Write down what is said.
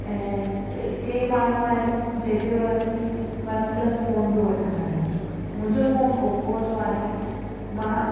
ऐं कंहिं कंहिं माण्हू आहिनि जेके वरी वन प्लस फोन बि वठंदा आहिनि मुंहिंजो फोन ओपो जो आहे मां